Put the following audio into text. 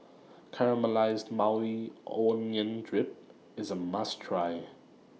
Caramelized Maui Onion Dip IS A must Try